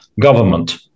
government